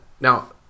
now